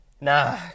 nah